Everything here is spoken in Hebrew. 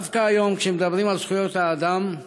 דווקא היום, כשמדברים על זכויות האדם,